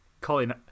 Colin